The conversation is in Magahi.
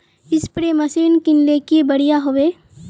स्प्रे मशीन किनले की बढ़िया होबवे?